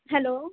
hello